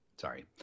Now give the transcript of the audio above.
Sorry